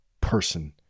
person